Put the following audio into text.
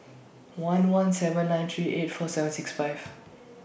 one one seven nine three eight four seven six five